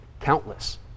countless